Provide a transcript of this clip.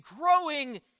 growing